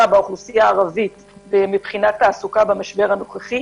באוכלוסייה הערבית מבחינת תעסוקה במשבר הנוכחי